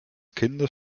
kindes